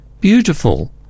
beautiful